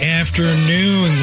afternoon